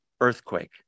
earthquake